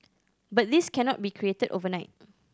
but this cannot be created overnight